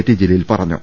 T Jaleel പറഞ്ഞു